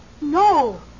no